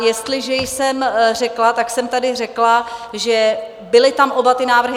Jestliže jsem něco řekla, tak jsem tady řekla, že tam byly oba ty návrhy.